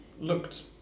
looked